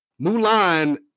mulan